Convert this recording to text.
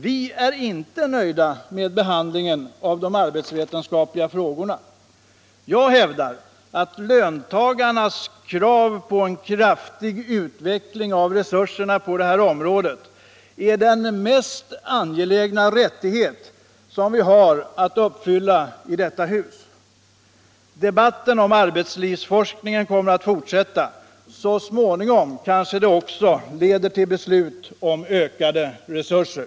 Vi är inte nöjda med behandlingen av de arbetsvetenskapliga frågorna. Jag hävdar att löntagarnas krav på en kraftig utveckling av resurserna på detta område är det mest angelägna krav som vi i detta hus har att tillgodose. Debatten om arbetslivsforskningen kommer att fortsätta. Så småningom kanske den också leder till beslut om ökade resurser.